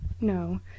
No